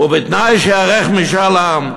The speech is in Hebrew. ובתנאי שייערך משאל עם.